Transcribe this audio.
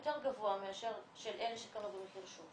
יותר גבוה מאשר של אלה שקנו במחיר שוק,